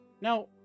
now